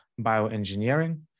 bioengineering